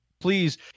please